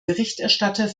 berichterstatter